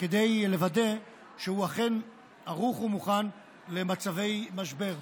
כדי לוודא שהוא אכן ערוך ומוכן למצבי משבר.